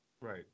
Right